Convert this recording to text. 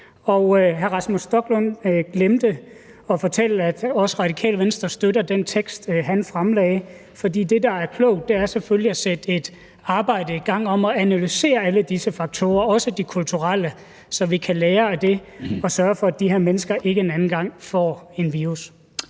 Hr. Rasmus Stoklund glemte at fortælle, at også Radikale Venstre støtter den tekst, han fremsatte, fordi det, der er klogt, selvfølgelig er at sætte et arbejde i gang om at analysere alle disse faktorer, også de kulturelle, så vi kan lære af det og sørge for, at de her mennesker ikke en anden gang får en virus.